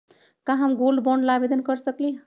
का हम gold bond ला आवेदन कर सकली ह?